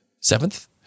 Seventh